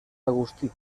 agustí